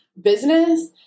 business